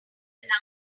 number